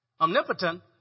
omnipotent